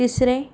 तिसरें